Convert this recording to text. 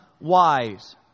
wise